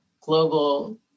global